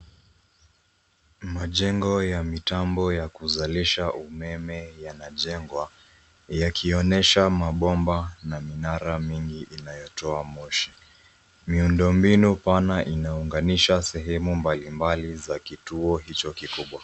Majengo ya mitambo ya kuzalisha umeme yanajengwa, yakionyesha mabomba na minara mingi inayotoa moshi. Miundombinu pana imeunganisha sehemu mbalimbali za kituo hicho kikubwa.